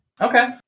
okay